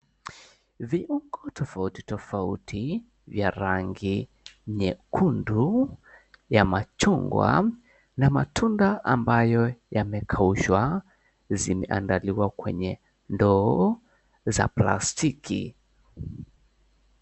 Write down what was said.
Viungo tofauti tofauti vya rangi nyekundu, ya machungwa na matunda ambayo yamekaushwa, zimeandaliwa kwenye ndoo za plastiki.